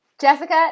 Jessica